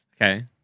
Okay